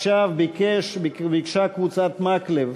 עכשיו ביקשה קבוצת מקלב